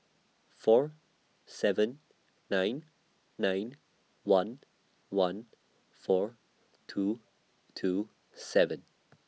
four seven nine nine one one four two two seven